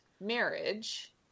marriage